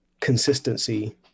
consistency